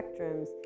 spectrums